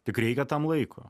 tik reikia tam laiko